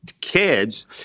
kids